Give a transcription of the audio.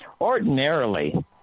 ordinarily